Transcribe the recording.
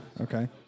Okay